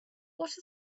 what